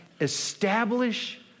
Establish